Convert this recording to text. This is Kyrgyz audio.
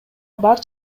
бар